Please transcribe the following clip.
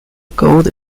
gold